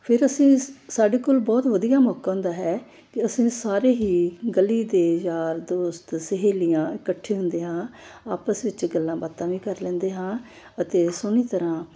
ਫਿਰ ਅਸੀਂ ਸਾਡੇ ਕੋਲ ਬਹੁਤ ਵਧੀਆ ਮੌਕਾ ਹੁੰਦਾ ਹੈ ਕਿ ਅਸੀਂ ਸਾਰੇ ਹੀ ਗਲੀ ਦੇ ਯਾਰ ਦੋਸਤ ਸਹੇਲੀਆਂ ਇਕੱਠੇ ਹੁੰਦੇ ਹਾਂ ਆਪਸ ਵਿੱਚ ਗੱਲਾਂ ਬਾਤਾਂ ਵੀ ਕਰ ਲੈਂਦੇ ਹਾਂ ਅਤੇ ਸੋਹਣੀ ਤਰ੍ਹਾਂ